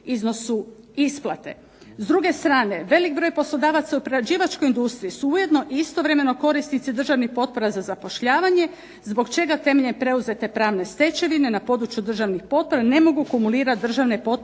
iznosu isplate. S druge strane velik broj poslodavaca u prerađivačkoj industriji su ujedno istovremeno korisnici državnih potpora za zapošljavanje zbog čega temeljem preuzete pravne stečevine na području državnih potpora ne mogu kumulirati državne potpore